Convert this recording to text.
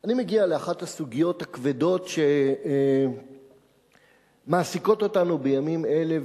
אני מגיע לאחת הסוגיות הכבדות שמעסיקות אותנו בימים אלה,